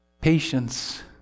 patience